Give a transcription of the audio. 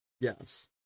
Yes